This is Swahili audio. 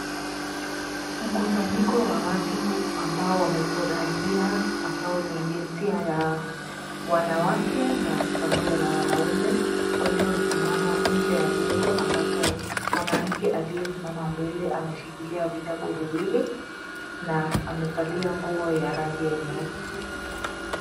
Mkusanyiko wa watu ambao wamefurahia, ambao ni jinsia ya wanawake na pamoja na wanaume ,waliosimama nje ya jengo ambapo mwanamke aliyesimama mbele ameshikilia vitabu viwili na amevalia nguo ya rangi ya nyeusi.